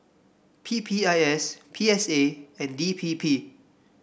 P P I S P S A and D P P